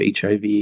hiv